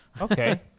Okay